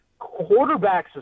quarterbacks